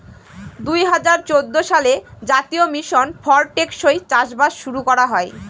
দুই হাজার চৌদ্দ সালে জাতীয় মিশন ফর টেকসই চাষবাস শুরু করা হয়